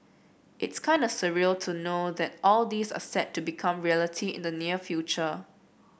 it's kind a surreal to know that all this are set to become reality in the near future